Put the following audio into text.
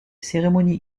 cérémonies